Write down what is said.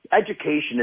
education